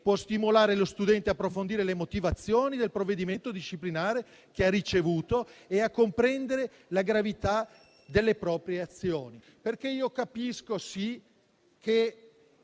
può stimolare lo studente ad approfondire le motivazioni del provvedimento disciplinare che ha ricevuto e a comprendere la gravità delle proprie azioni. Io capisco, sì, che